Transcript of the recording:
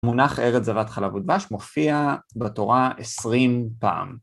מונח ארץ זבת חלב ודבש מופיע בתורה עשרים פעם.